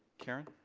karen?